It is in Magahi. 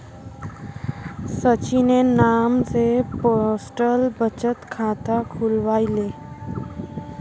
सचिनेर नाम स पोस्टल बचत खाता खुलवइ ले